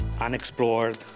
Unexplored